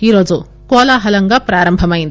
ఈరోజు కోలాహలంగా ప్రారంభమైంది